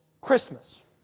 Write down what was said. Christmas